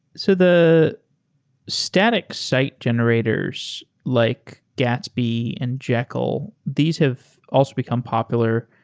so the static site generators, like gatsby and jekyll, these have also become popular.